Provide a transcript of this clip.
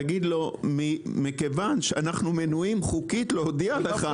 תגיד לו: מכיוון שאנחנו מנועים חוקית להודיע לך,